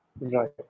Right